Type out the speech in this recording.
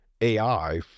AI